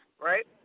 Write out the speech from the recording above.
Right